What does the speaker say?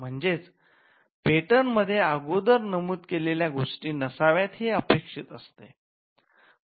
म्हणजेच पेटंट मध्ये अगोदर नमूद केलेल्या गोष्टी नसाव्यात हे अपेक्षित असते